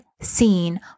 seen